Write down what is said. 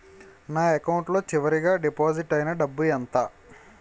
నా అకౌంట్ లో చివరిగా డిపాజిట్ ఐనా డబ్బు ఎంత?